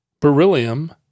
beryllium